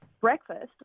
breakfast